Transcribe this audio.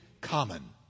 common